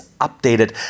updated